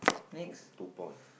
two two point